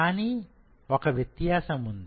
కానీ ఒక వ్యత్యాసం ఉంది